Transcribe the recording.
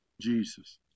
Jesus